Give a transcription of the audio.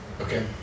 Okay